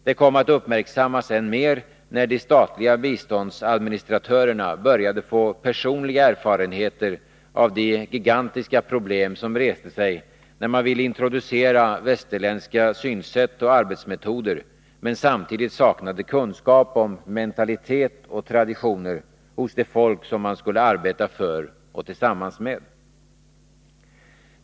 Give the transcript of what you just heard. Det kom att uppmärksammas än mer när de statliga biståndsadministratörerna började få personliga erfarenheter av de gigantiska problem som reste sig när man ville introducera västerländska synsätt och arbetsmetoder men samtidigt saknade kunskap om mentalitet och traditioner hos de folk som man skulle arbeta för och tillsammans med.